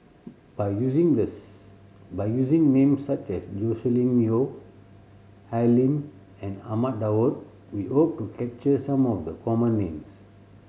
by using these by using names such as Joscelin Yeo Al Lim and Ahmad Daud we hope to capture some of the common names